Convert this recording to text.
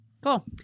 Cool